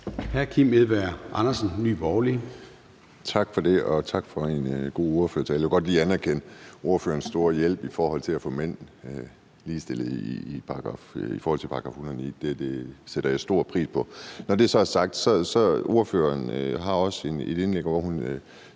17:02 Kim Edberg Andersen (NB): Tak for det. Og tak for en god ordførertale. Jeg vil godt lige anerkende ordførerens store hjælp med hensyn til at få mænd ligestillet i forhold til § 109. Det sætter jeg stor pris på. Når det så er sagt, vil jeg sige, at ordføreren også har et indlæg, hvor hun